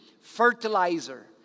fertilizer